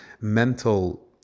mental